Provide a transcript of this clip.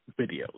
videos